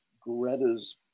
Greta's